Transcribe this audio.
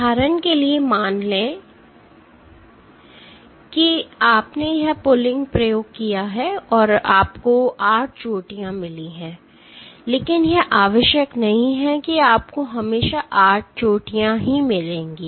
उदाहरण के लिए मान लें कि आपने यह पुलिंग प्रयोग किया है और आपको 8 चोटियाँ मिली हैं लेकिन यह आवश्यक नहीं है कि आपको हमेशा 8 चोटियाँ ही मिलेंगी